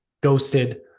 ghosted